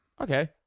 Okay